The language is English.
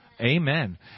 Amen